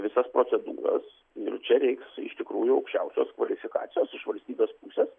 visas procedūras ir čia reiks iš tikrųjų aukščiausios kvalifikacijos iš valstybės pusės